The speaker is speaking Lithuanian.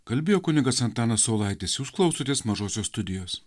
kalbėjo kunigas antanas saulaitis jūs klausotės mažosios studijos